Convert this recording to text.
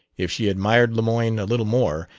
if she admired lemoyne a little more,